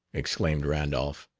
exclaimed randolph.